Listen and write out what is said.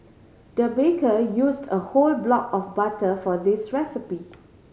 the baker used a whole block of butter for this recipe